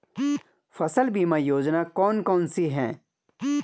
फसल बीमा योजनाएँ कौन कौनसी हैं?